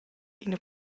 ina